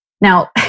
Now